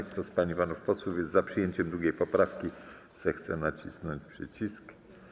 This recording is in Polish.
Kto z pań i panów posłów jest za przyjęciem 2. poprawki, zechce nacisnąć przycisk.